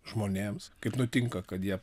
žmonėms kaip nutinka kad jie